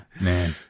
Man